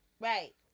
right